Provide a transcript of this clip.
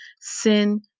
sin